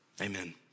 Amen